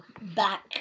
back